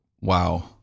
Wow